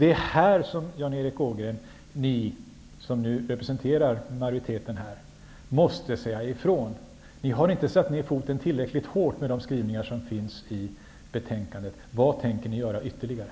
Det är här som majoritetens representanter måste säga ifrån, Jan Erik Ågren. Ni har inte satt ner foten tillräckligt hårt genom de skrivningar som finns i betänkandet. Vad tänker ni göra ytterligare?